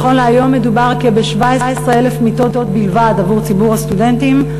נכון להיום מדובר בכ-17,000 מיטות בלבד עבור ציבור הסטודנטים.